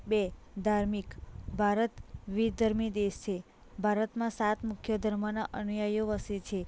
બે ધાર્મિક ભારત વિવિધધર્મી દેશ છે ભારતમાં સાત મુખ્ય ધર્મના અનુયાઈઓ વસે છે